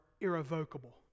irrevocable